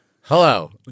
Hello